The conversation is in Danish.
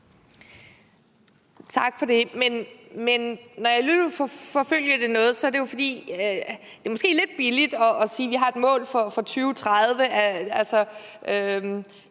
Tak for det. Men når jeg alligevel vil forfølge det noget, er det, fordi det måske er lidt billigt at sige, at vi har et mål for 2030.